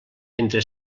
entre